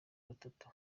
batatu